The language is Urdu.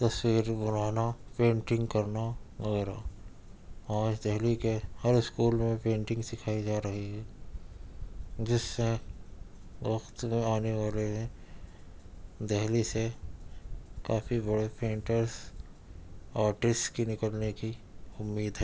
تصویر بنانا پینٹنگ کرنا وغیرہ آج دہلی کے ہر اسکول میں پینٹنگ سکھائی جا رہی ہے جس سے وقت میں آنے والے دہلی سے کافی بڑے پینٹرس آرٹسٹ کی نکلنے کی امید ہے